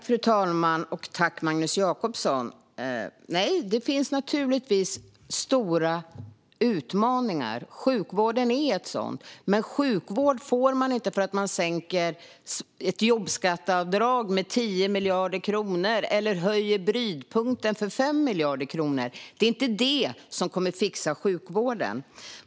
Fru talman! Tack, Magnus Jacobsson! Det finns givetvis stora utmaningar, och sjukvården är en sådan. Men man får inte sjukvård för att man inför ett jobbskatteavdrag på 10 miljarder kronor eller höjer brytpunkten med 5 miljarder kronor. Det är inte det som kommer att fixa sjukvården.